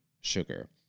sugar